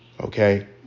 Okay